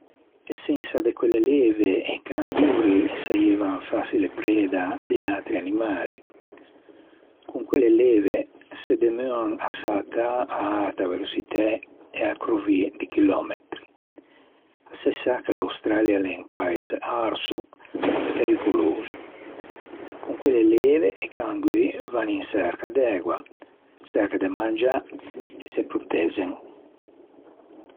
Sensa de quelle leve i cangori saieivan façile preda di atri animali. Con quelle leve se demoan à sätâ à erta veloçitæ e à crovî di chillòmetri. Se sa che l'Australia a l'é un paise arso e pericoloso. Con quelle leve i cangui van in çerca d'ægua, in çerca de mangiâ e se protezen.